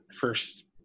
first